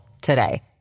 today